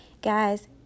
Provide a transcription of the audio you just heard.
Guys